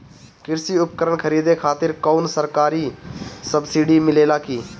कृषी उपकरण खरीदे खातिर कउनो सरकारी सब्सीडी मिलेला की?